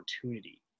opportunity